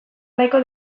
nahiko